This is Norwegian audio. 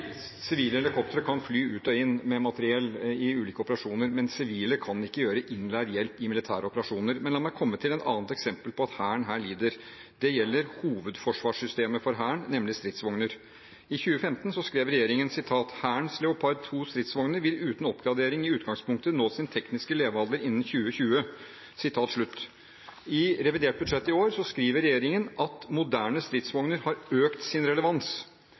Sivile helikoptre kan fly ut og inn med materiell i ulike operasjoner, men sivile kan ikke brukes som innleid hjelp i militære operasjoner. Men la meg komme med et annet eksempel på at Hæren her lider. Det gjelder hovedforsvarssystemet for Hæren, nemlig stridsvogner. I 2015 skrev regjeringen: Hærens Leopard 2 stridsvogner vil uten oppgradering i utgangspunktet nå sin tekniske levealder innen 2020. I revidert budsjett i år skriver regjeringen at moderne stridsvogner har økt sin relevans.